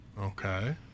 Okay